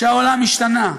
שהעולם השתנה,